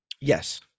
Yes